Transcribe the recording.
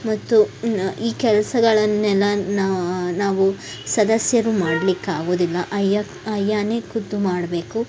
ಮತ್ತು ಈ ಕೆಲಸಗಳನ್ನೆಲ್ಲ ನಾವು ಸದಸ್ಯರು ಮಾಡ್ಲಿಕ್ಕಾಗುವುದಿಲ್ಲ ಅಯ್ಯಾ ಅಯ್ಯಾನೇ ಖುದ್ದು ಮಾಡಬೇಕು